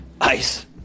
Ice